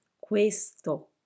Questo